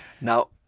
Now